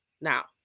Now